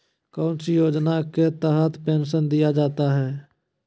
कौन सी योजना के तहत पेंसन दिया जाता है?